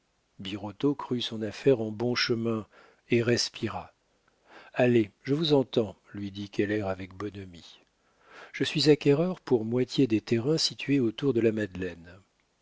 crut son affaire en bon chemin et respira allez je vous entends lui dit keller avec bonhomie je suis acquéreur pour moitié des terrains situés autour de la madeleine